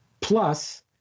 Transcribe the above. Plus